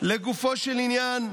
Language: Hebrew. לגופו של עניין,